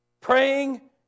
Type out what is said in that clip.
Praying